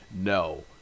No